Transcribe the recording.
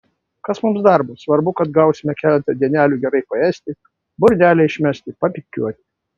kas mums darbo svarbu kad gausime keletą dienelių gerai paėsti burnelę išmesti papypkiuoti